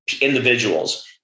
individuals